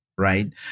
Right